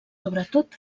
sobretot